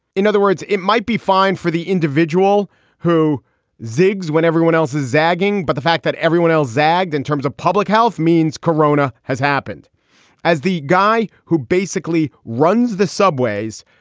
in other words, it might be fine for the individual who zigs when everyone else is zagging. but the fact that everyone else zagged in terms of public health means corona has happened as the guy who basically runs the subways.